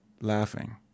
laughing